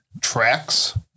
tracks